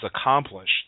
accomplished